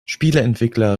spieleentwickler